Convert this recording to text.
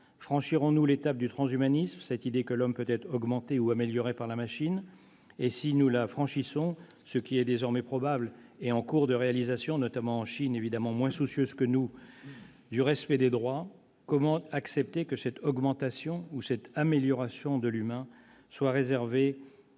Franchirons-nous l'étape du transhumanisme, cette idée que l'homme peut être « augmenté » ou « amélioré » par la machine ? Et si nous la franchissons, ce qui est désormais probable et en cours de réalisation, notamment en Chine, un pays évidemment moins soucieux que le nôtre du respect des droits, comment accepter que cette « augmentation » ou cette « amélioration » de l'humain soit réservée